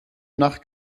nach